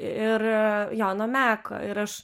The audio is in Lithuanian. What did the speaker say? ir jono meko ir aš